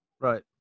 Right